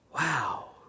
Wow